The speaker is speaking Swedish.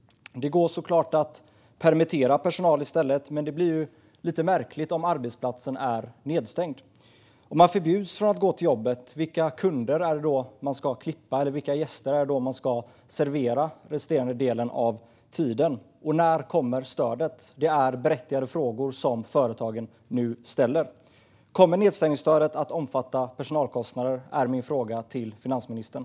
Det går såklart att permittera personal i stället, men det blir lite märkligt att göra det om arbetsplatsen är stängd. Om man förbjuds att gå till jobbet, vilka kunder är det då man ska klippa eller vilka gäster är det då man ska servera den resterande delen av tiden? Och när kommer stödet? Det är berättigade frågor som företagen nu ställer. Kommer nedstängningsstödet att omfatta personalkostnader? Det är min fråga till finansministern.